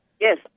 Yes